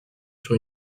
sur